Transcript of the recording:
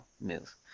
move